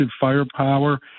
firepower